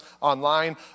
online